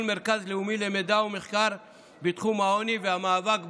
מרכז לאומי למידע ומחקר בתחום העוני והמאבק בעוני.